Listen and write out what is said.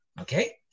Okay